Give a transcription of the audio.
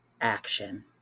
action